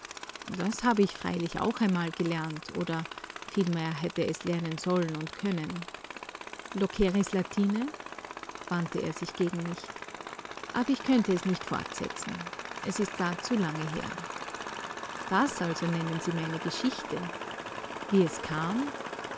das habe ich freilich auch einmal gelernt oder vielmehr hätte es lernen sollen und können loqueris latine wandte er sich gegen mich aber ich könnte es nicht fortsetzen es ist gar zu lange her das also nennen sie meine geschichte wie es kam